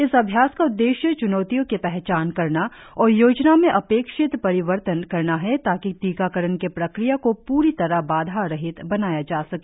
इस अभयास का उद्देशय चुनौतियों की पहचान करना और योजना में अपेक्षित परिवर्तन करना है ताकि टीकाकरण की प्रक्रिया को पूरी तरह बाधारहित बनाया जा सके